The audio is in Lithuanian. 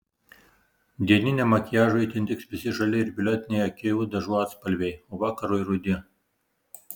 dieniniam makiažui itin tiks visi žali ir violetiniai akių dažų atspalviai o vakarui rudi